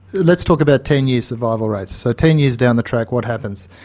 let's talk about ten year survival rates. so ten years down the track, what happens?